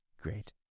great